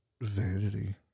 vanity